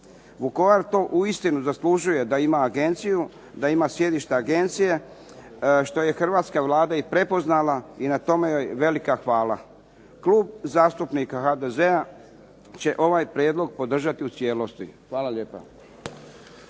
Vukovar to doista zaslužuje da ima Agenciju, da ima sjedište Agencije, što je Hrvatska vlada prepoznala i na tome joj velika hvala. Klub zastupnika HDZ-a će ovaj Prijedlog podržati u cijelosti. Hvala lijepa.